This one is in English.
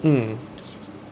mm